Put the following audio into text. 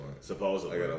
supposedly